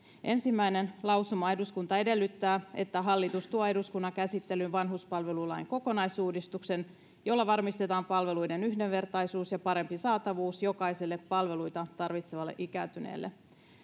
lausuma yksi eduskunta edellyttää että hallitus tuo eduskunnan käsittelyyn vanhuspalvelulain kokonaisuudistuksen jolla varmistetaan palveluiden yhdenvertaisuus ja parempi saatavuus jokaiselle palveluita tarvitsevalle ikääntyneelle